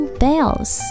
bells